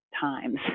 times